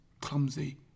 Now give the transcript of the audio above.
clumsy